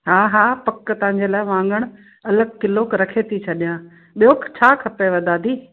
हा हा पक तव्हां जे लाइ वाङण अलॻि किलो रखे थी छॾियां ॿियो छा खपेव दादी